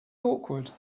awkward